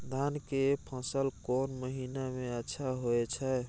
धान के फसल कोन महिना में अच्छा होय छै?